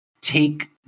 take